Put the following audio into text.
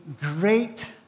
great